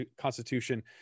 constitution